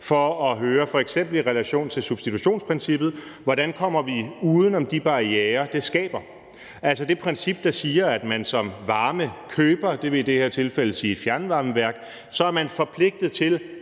for at høre nærmere, f.eks. i relation til the substitutionsprincippet, om, hvordan vi kommer uden om de barrierer, det skaber? Altså, det princip, der siger, at man som varmekøber – det vil i det her tilfælde sige et fjernvarmeværk – er forpligtet til